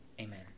amen